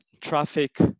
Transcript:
traffic